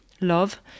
love